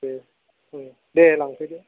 उम उम दे लांफैदो